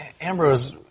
Ambrose